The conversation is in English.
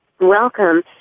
welcome